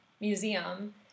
Museum